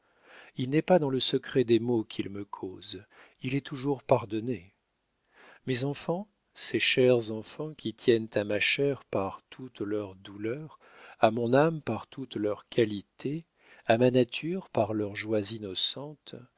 il n'est pas dans le secret des maux qu'il me cause il est toujours pardonné mes enfants ces chers enfants qui tiennent à ma chair par toutes leurs douleurs à mon âme par toutes leurs qualités à ma nature par leurs joies innocentes